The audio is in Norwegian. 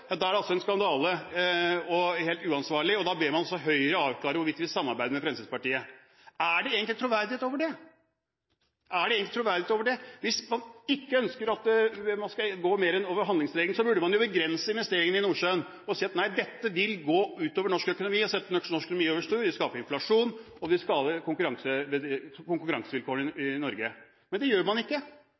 da er det altså en skandale og helt uansvarlig, og da ber man Høyre avklare hvorvidt de vil samarbeide med Fremskrittspartiet. Er det egentlig troverdighet i det? Hvis man ikke ønsker å gå over handlingsregelen, burde man jo begrense investeringene i Nordsjøen og si: Nei, dette vil gå ut over norsk økonomi og sette norsk økonomi over styr, det vil skape inflasjon og vil skade konkurransevilkårene i Norge. Men det gjør man ikke.